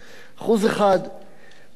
מה יקרה?